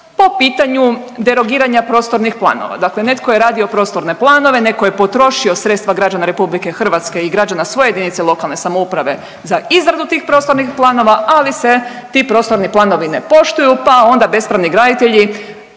po pitanju derogiranja prostornih planova. Dakle, netko je radio prostorne planove, neko je potrošio sredstva građana RH i građana svoje jedinice lokalne samouprave za izradu tih prostornih planova, ali se ti prostorni planovi ne poštuju pa onda bespravni graditelji